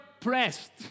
pressed